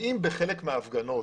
האם בחלק מההפגנות